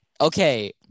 Okay